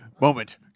moment